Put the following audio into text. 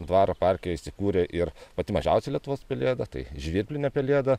dvaro parke įsikūrė ir pati mažiausia lietuvos pelėda tai žvirblinė pelėda